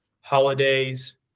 holidays